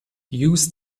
use